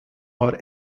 war